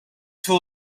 two